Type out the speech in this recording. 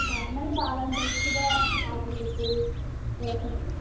হ্যাঁ মানে বাগান চাইছি বা ছাদের ওপরে এরকম